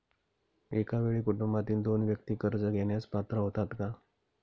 एका वेळी कुटुंबातील दोन व्यक्ती कर्ज घेण्यास पात्र होतात का?